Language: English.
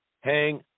hang